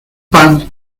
pan